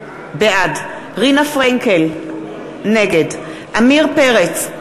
בעד רינה פרנקל, נגד עמיר פרץ,